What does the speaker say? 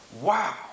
Wow